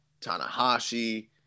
Tanahashi